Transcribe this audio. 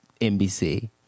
nbc